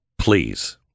Please